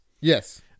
yes